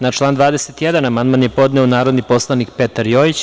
Na član 21. amandman je podneo narodni poslanik Petar Jojić.